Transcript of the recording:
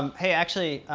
um hey, actually,